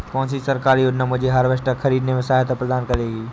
कौन सी सरकारी योजना मुझे हार्वेस्टर ख़रीदने में सहायता प्रदान करेगी?